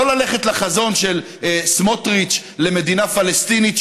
לא ללכת לחזון של סמוטריץ למדינה פלסטינית,